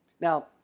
Now